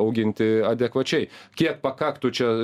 auginti adekvačiai kiek pakaktų čia